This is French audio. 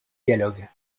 dialogue